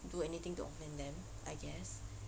do anything to offend them I guess